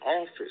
office